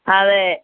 അതെ